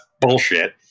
bullshit